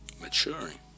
maturing